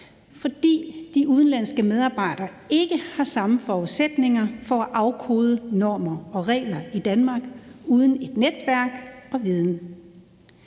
fordi de udenlandske medarbejdere ikke har samme forudsætninger for at afkode normer og regler i Danmark uden et netværk og viden.